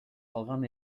калган